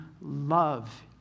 love